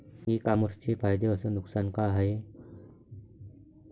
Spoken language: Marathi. इ कामर्सचे फायदे अस नुकसान का हाये